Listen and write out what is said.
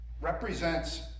represents